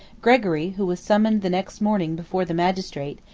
gregory, who was summoned the next morning before the magistrate,